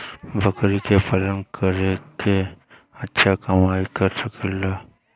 बकरी के पालन करके अच्छा कमाई कर सकीं ला?